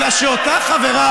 אלא שאותה חברה,